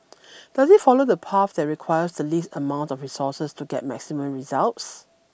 does it follow the path that requires the least amount of resources to get maximum results